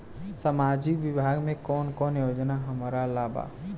सामाजिक विभाग मे कौन कौन योजना हमरा ला बा?